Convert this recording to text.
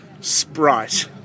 Sprite